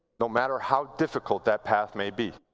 no matter how difficult that path may be.